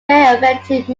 effective